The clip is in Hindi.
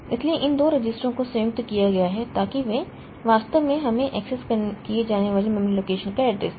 इसलिए इन दो रजिस्टरों को संयुक्त किया गया ताकि वे वास्तव में हमें एक्सेस किए जाने वाले मेमोरी लोकेशन का एड्रेस दें